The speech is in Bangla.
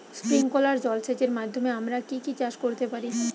স্প্রিংকলার জলসেচের মাধ্যমে আমরা কি কি চাষ করতে পারি?